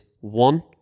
one